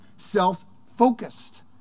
self-focused